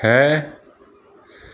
ਹੈ